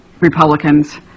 Republicans